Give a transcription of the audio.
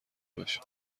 باشه